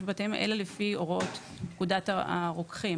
בדברים האלה לפי הוראות פקודת הרוקחים".